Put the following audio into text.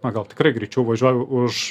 na gal tikrai greičiau važiuoju už